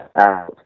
out